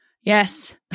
Yes